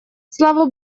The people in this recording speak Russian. слава